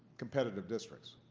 competitive districts.